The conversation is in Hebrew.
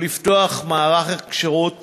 לפתוח את מערך הכשרות